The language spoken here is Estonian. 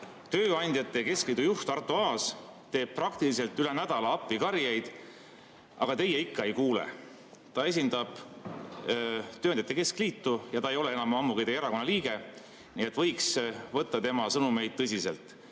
Tööandjate keskliidu juht Arto Aas teeb praktiliselt üle nädala appikarjeid, aga teie ikka ei kuule. Ta esindab tööandjate keskliitu ja ta ei ole enam ammugi teie erakonna liige, nii et võiks võtta tema sõnumeid tõsiselt.